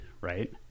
right